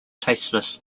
tasteless